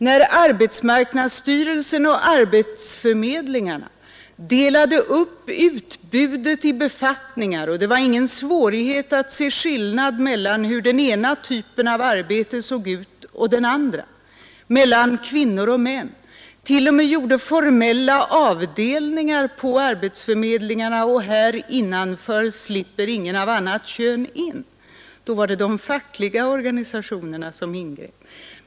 När arbetsmarknadsstyrelsen och arbetsförmedlingarna delade upp utbudet i befattningar och det var ingen svårighet att se skillnad mellan den ena och den andra typen av arbete — mellan kvinnor och män och t.o.m. inrättade formella avdelningar för dessa grupper där det sades att ingen från det andra könet fick slippa in var det också de fackliga organisationerna som ingrep. Många, många fler exempel finns.